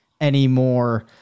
anymore